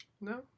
no